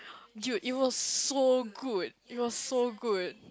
you you're so good you are so good